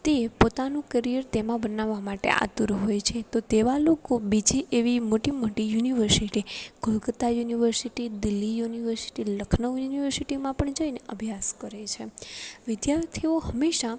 તે પોતાનું કરીયર તેમાં બનાવા માટે આતુર હોય છે તો તેવા લોકો બીજી એવી મોટી મોટી university Kolkata university Delhi university Lucknow યુનિવર્સિટિમાં પણ જઈને અભ્યાસ કરે છે વિદ્યાર્થીઓ હંમેશા